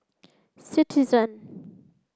citizen